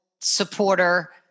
supporter